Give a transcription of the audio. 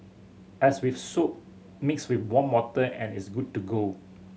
as with soap mix with warm water and it's good to go